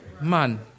Man